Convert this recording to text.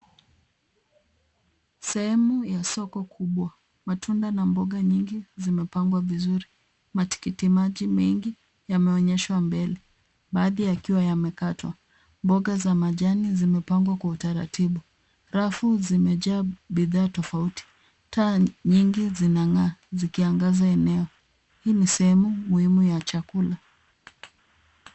Sehemu ya soko kubwa. Matunda na mboga nyingi zimepangwa vizuri. Matikiti maji mengi yameonyeshwa mbele baadhi yakiwa yamekatwa. Mboga za majani zimepangwa kwa utaratibu. Rafu zimejaa bidhaa tofauti. Taa nyingi zinang'aa zikiangaza eneo hii. Ni sehemu muhimu ya chakula.